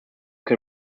can